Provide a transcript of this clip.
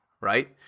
right